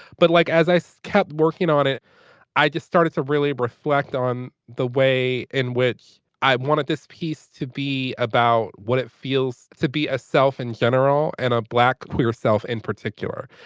but like as i so kept working on it i just started to really reflect on the way in which i wanted this piece to be about what it feels to be a self in general and a black yourself in particular.